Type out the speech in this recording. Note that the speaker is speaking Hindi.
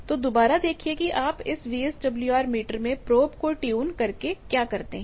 तो दोबारा देखिए कि आप इस वीएसडब्ल्यूआर मीटर में प्रोब को ट्यून करके क्या करते हैं